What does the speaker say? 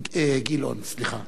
סליחה,